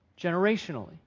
generationally